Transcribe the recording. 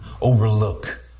overlook